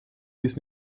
dies